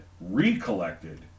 recollected